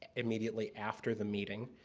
immediately after the meeting.